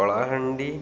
Kalahandi